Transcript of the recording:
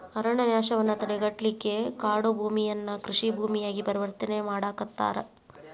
ಅರಣ್ಯನಾಶವನ್ನ ತಡೆಗಟ್ಟಲಿಕ್ಕೆ ಕಾಡುಭೂಮಿಯನ್ನ ಕೃಷಿ ಭೂಮಿಯಾಗಿ ಪರಿವರ್ತನೆ ಮಾಡಾಕತ್ತಾರ